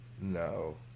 no